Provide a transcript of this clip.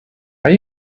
are